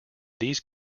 these